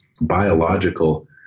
biological